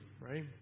right